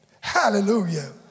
Hallelujah